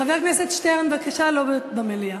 חבר הכנסת שטרן, בבקשה לא במליאה.